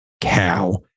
cow